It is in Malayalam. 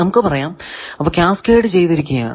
നമുക്ക് പറയാം അവ കാസ്കേഡ് ചെയ്തിരിക്കുകയാണ്